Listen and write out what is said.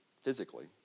physically